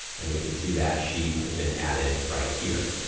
and we can see that sheet has been added right here.